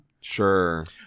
Sure